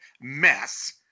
mess